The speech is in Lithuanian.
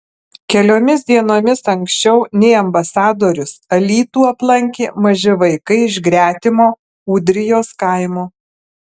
keliomis dienomis anksčiau nei ambasadorius alytų aplankė maži vaikai iš gretimo ūdrijos kaimo